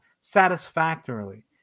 satisfactorily